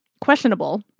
questionable